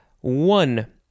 One